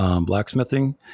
blacksmithing